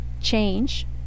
change